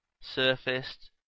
surfaced